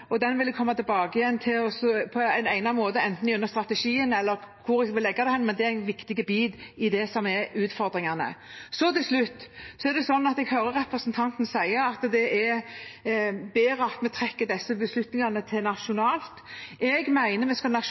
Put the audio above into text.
og den vil jeg komme tilbake til på egnet måte, enten gjennom strategien – eller hvor jeg vil legge det. Men det er en viktig bit av det som er utfordringene. Til slutt: Jeg hører representanten si at det er bedre vi trekker disse beslutningene til det nasjonale. Jeg mener vi skal